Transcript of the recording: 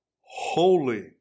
Holy